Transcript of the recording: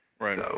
Right